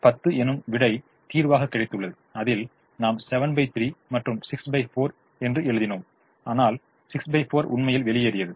பத்து எனும் விடை தீர்வாக கிடைத்துள்ளது அதில் நாம் 73 மற்றும் 64 எழுதினோம் ஆனால் 64 உண்மையில் வெளியேறியது